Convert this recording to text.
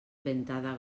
ventada